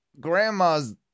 grandma's